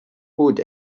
wood